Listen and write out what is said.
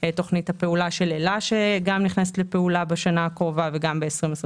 תוכנית הפעולה של אלה שגם נכנסת לפעולה בשנה הקרובה וגם ב-2023.